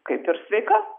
kaip ir sveika